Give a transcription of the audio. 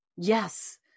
Yes